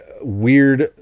weird